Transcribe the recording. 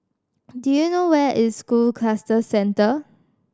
do you know where is School Cluster Centre